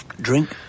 drink